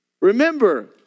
Remember